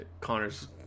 Connor's